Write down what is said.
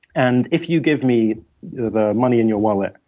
and if you give me the money in your wallet,